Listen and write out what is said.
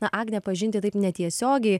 na agnę pažinti taip netiesiogiai